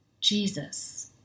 Jesus